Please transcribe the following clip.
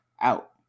out